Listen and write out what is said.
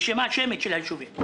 רשימה שמית של הישובים.